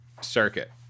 circuit